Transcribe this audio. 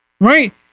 Right